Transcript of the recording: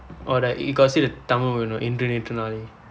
or like you got see the tamil movie or not Indru Netru Naalai neerru naalai